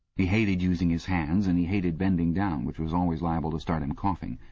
he hated using his hands, and he hated bending down, which was always liable to start him coughing.